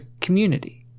community